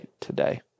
today